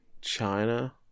China